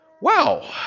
Wow